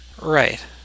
Right